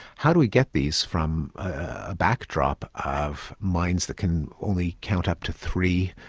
how do we get these from a backdrop of minds that can only count up to three,